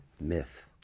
Myth